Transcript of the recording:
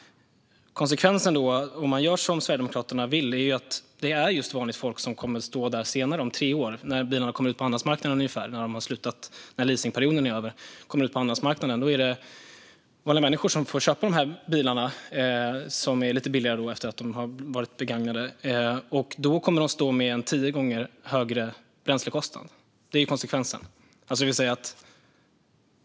Konsekvensen, om man gör som Sverigedemokraterna vill, är att just vanligt folk kommer att stå där om tre år, när bilarna kommer ut på andrahandsmarknaden. När leasingperioden är över och bilarna kommer ut på andrahandsmarknaden är det vanliga människor som får köpa dessa bilar, som är lite billigare när de är begagnade. Då kommer de att ha en tio gånger högre bränslekostnad. Det är konsekvensen.